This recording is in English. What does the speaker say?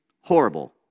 Horrible